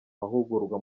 mahugurwa